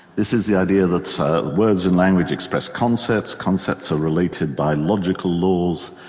this is the idea that so words and language express concepts, concepts are related by logical laws,